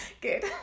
Good